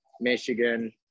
Michigan